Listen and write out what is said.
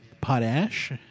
potash